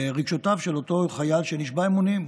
לרגשותיו של אותו חייל שנשבע אמונים,